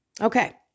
Okay